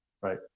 right